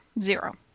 Zero